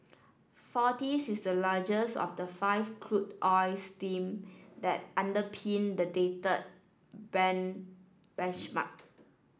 forties is the largest of the five crude oil stream that underpin the dated Brent benchmark